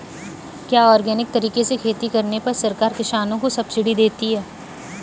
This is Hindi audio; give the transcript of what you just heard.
क्या ऑर्गेनिक तरीके से खेती करने पर सरकार किसानों को सब्सिडी देती है?